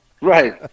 Right